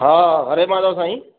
हा हरे माधव साईं